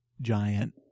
giant